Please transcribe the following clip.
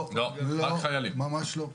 ממש לא.